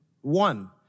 One